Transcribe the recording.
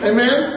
Amen